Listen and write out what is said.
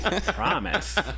Promise